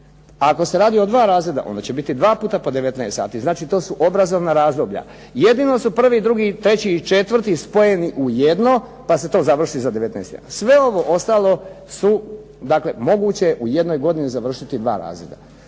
ako se radi o 2 razreda onda će biti dva puta po 19 sati, to su obrazovna razdoblja. Jedino su 1., 2., 3. i 4. spojeni u jedno pa se to završi za 19 tjedana. Sve ovo drugo moguće je u jednoj godini završiti dva razreda,